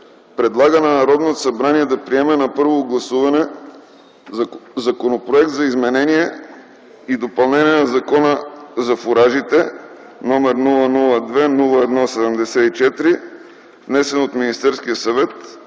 предлага на Народното събрание да приеме на първо гласуване Законопроект за изменение и допълнение на Закона за фуражите, № 002-01-74, внесен от Министерския съвет